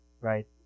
right